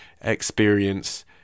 experience